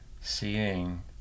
seeing